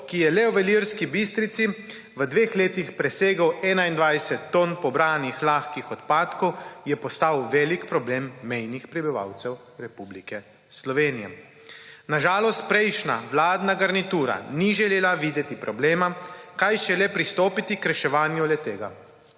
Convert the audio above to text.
ki je le v Ilirski Bistrici v dveh letih presegel 21 ton pobranih lahkih odpadkov, je postal velik problem mejnih prebivalcev Republike Slovenije. Na žalost prejšnja vladna garnitura ni želela videti problema, kaj šele pristopiti k reševanju le-tega.